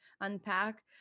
unpack